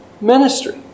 ministry